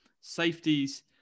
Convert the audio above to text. safeties